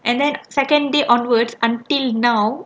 and then second day onward until now